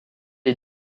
est